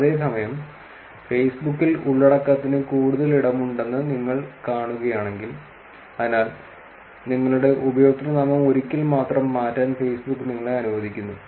അതേസമയം ഫെയ്സ്ബുക്കിൽ ഉള്ളടക്കത്തിന് കൂടുതൽ ഇടമുണ്ടെന്ന് നിങ്ങൾ കാണുകയാണെങ്കിൽ അതിനാൽ നിങ്ങളുടെ ഉപയോക്തൃനാമം ഒരിക്കൽ മാത്രം മാറ്റാൻ ഫേസ്ബുക്ക് നിങ്ങളെ അനുവദിക്കുന്നു